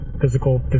physical